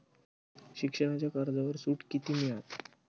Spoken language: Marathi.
शिक्षणाच्या कर्जावर सूट किती मिळात?